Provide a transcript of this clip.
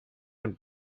und